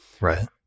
Right